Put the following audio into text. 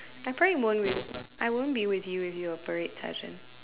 I probably won't with I won't be with you if you were a parade sergeant